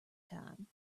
time